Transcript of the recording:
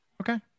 okay